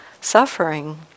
suffering